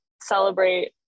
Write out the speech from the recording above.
celebrate